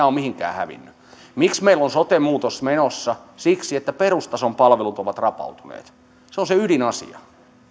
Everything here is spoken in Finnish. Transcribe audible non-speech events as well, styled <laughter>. <unintelligible> ole mihinkään hävinnyt miksi meillä on sote muutos menossa siksi että perustason palvelut ovat rapautuneet se on se ydinasia